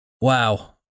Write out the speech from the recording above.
Wow